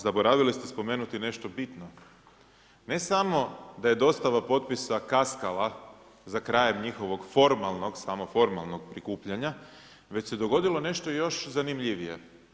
Zaboravili ste spomenuti nešto bitno, ne samo da je dosta potpisa kaskala za krajem njihovog formalnog, samo formalnog prikupljanja, već se dogodilo nešto još zanimljivije.